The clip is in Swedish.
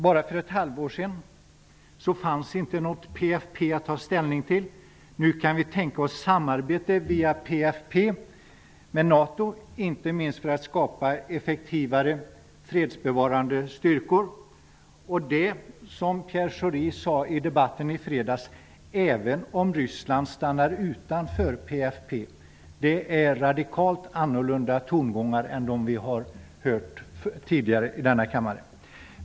Bara för ett halvår sedan fanns det inte något PFF att ta ställning till. Nu kan vi tänka oss ett samarbete via PFF med NATO, inte minst för att skapa effektivare fredsbevarande styrkor. Detta kan vi, som Pierre Schori sade i debatten i fredags, göra även om Ryssland stannar utanför PFF. Det är helt andra tongångar än de som vi har hört tidigare i denna kammare.